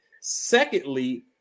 Secondly